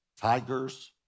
tigers